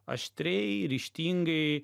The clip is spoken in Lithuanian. aštriai ryžtingai